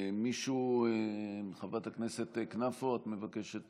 ההצעה להעביר את הצעת חוק סמכויות מיוחדות